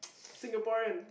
Singaporean